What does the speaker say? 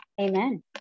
Amen